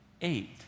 eight